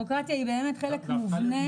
בירוקרטיה היא באמת חלק מובנה --- את יודעת,